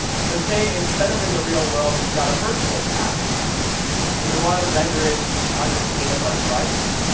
so say instead of in the real world we've got a virtual cat and we want to render it on the screen of our device,